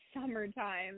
summertime